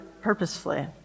purposefully